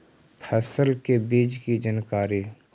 फसल के बीज की जानकारी?